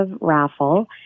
raffle